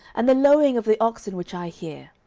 and the lowing of the oxen which i hear?